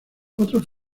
otros